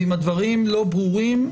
ואם הדברים לא ברורים,